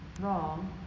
wrong